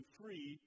free